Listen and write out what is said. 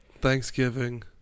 Thanksgiving